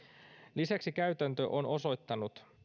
lisäksi käytäntö on osoittanut